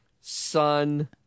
son